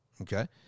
okay